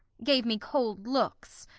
gave me cold looks,